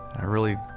i really,